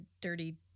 dirty